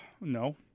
No